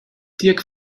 dirk